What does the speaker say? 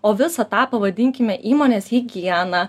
o visą tą pavadinkime įmonės higiena